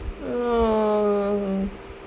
oh